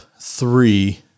three